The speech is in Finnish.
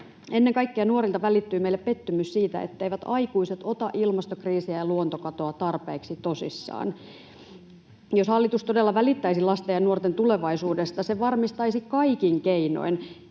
Ennen kaikkea nuorilta välittyy meille pettymys siitä, etteivät aikuiset ota ilmastokriisiä ja luontokatoa tarpeeksi tosissaan. [Perussuomalaisten ryhmästä: Elokapina!] Jos hallitus todella välittäisi lasten ja nuorten tulevaisuudesta, se varmistaisi kaikin keinoin,